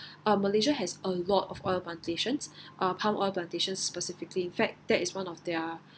um malaysia has a lot of oil plantations um palm oil plantations specifically in fact that is one of their